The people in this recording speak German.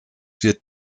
wird